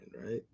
right